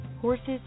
Horses